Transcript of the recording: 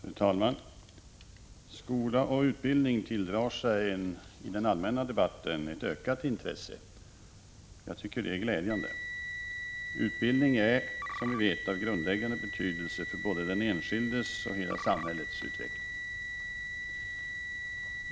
Fru talman! Skola och utbildning tilldrar sig ett ökat intresse i den allmänna debatten. Jag tycker att det är glädjande. Utbildning är som vi vet av grundläggande betydelse både för den enskildes och för hela samhällets utveckling.